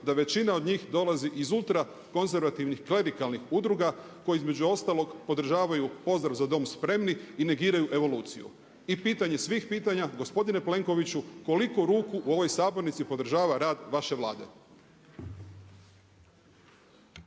da većina od njih dolazi od ultra konzervativnih klerikalnih udruga koji između ostalog podržavaju pozdrav „Za dom spremni“ i negiraju evoluciju. I pitanje svih pitanja gospodine Plenkoviću koliko ruku u ovoj sabornici podržava rad vaše Vlade?